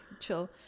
chill